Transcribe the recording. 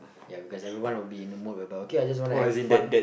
ya because everyone will be in the mood whereby okay lah just wanna have fun